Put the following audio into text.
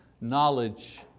knowledge